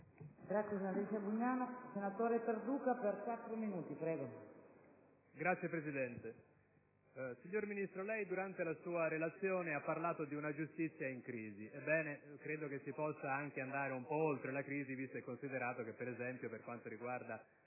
*(PD)*. Signor Ministro, durante la sua Relazione ha parlato di una giustizia in crisi: ebbene, credo che si possa andare anche oltre la crisi, visto e considerato che, ad esempio per quanto riguarda